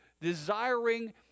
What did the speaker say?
desiring